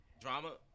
Drama